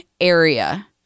area